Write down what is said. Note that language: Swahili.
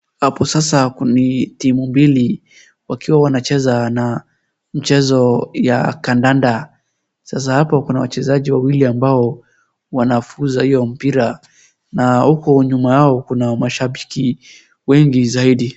Hapo sasa ni timu mbili wakiwa wanacheza na mchezo ya kadanda. Sasa hapo kuna wachezaji wawili ambao wanafuza hio mpira, na huko nyuma yao kuna mashabiki wengi zaidi.